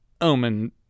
Omen